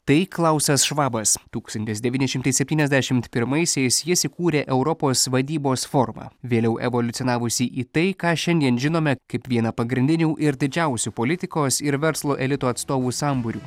tai klausas švabas tūkstantis devyni šimtai septyniasdešimt pirmaisiais jis įkūrė europos vadybos forumą vėliau evoliucionavusi į tai ką šiandien žinome kaip vieną pagrindinių ir didžiausių politikos ir verslo elito atstovų sambūrių